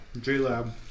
J-Lab